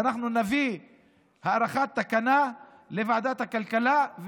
ואנחנו נביא הארכת תקנה לוועדת הכלכלה.